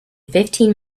fifteen